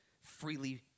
freely